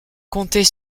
compter